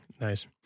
Nice